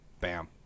Bam